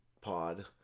pod